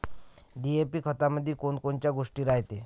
DAP खतामंदी कोनकोनच्या गोष्टी रायते?